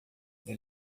ele